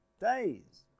days